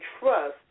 trust